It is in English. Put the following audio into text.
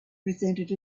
presented